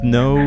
no